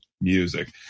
music